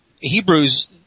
Hebrews